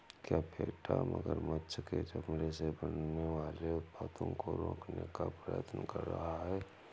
क्या पेटा मगरमच्छ के चमड़े से बनने वाले उत्पादों को रोकने का प्रयत्न कर रहा है?